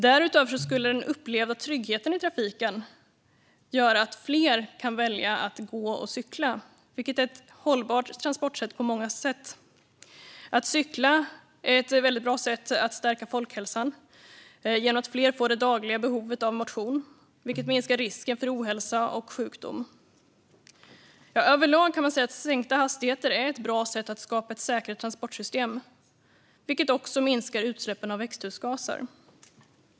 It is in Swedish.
Därutöver skulle den upplevda tryggheten i trafiken öka, vilket skulle göra att fler väljer att gå - eller att cykla, vilket är ett hållbart transportsätt på många sätt. Att cykla är även ett bra sätt att stärka folkhälsan eftersom fler därigenom får det dagliga behovet av motion, vilket minskar risken för ohälsa och sjukdom. Överlag är sänkta hastigheter ett bra sätt att skapa ett säkrare transportsystem. Det minskar också utsläppen av växthusgaser.